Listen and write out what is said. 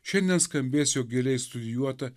šiandien skambės jog giliai studijuota